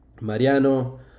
Mariano